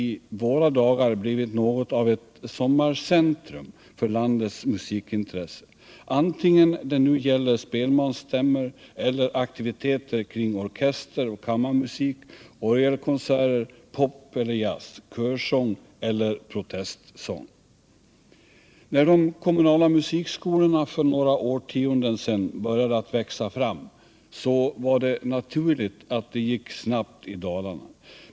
i våra dagar blivit något av ett sommarcentrum för landets musikintresse, antingen det nu gäller spelmansstämmor eller aktiviteter kring orkesteroch kammarmusik, orgelkonserter, pop eller jazz, körsång eller protestsång. När de kommunala musikskolorna för några årtionden sedan började att växa fram var det naturligt att det gick snabbt i Dalarna.